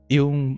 yung